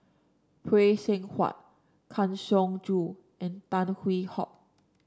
Phay Seng Whatt Kang Siong Joo and Tan Hwee Hock